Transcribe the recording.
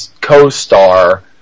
co-star